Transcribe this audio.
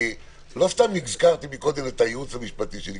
לא סתם הזכרתי קודם את הייעוץ המשפטי של הוועדה,